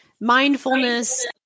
mindfulness